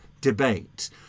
debate